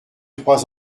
trois